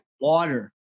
water